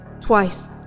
twice